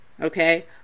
okay